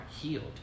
healed